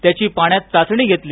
त्याची पाण्यात चाचणी घेतली